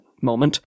moment